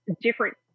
different